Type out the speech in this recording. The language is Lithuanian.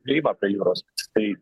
priėjimą prie jūros tai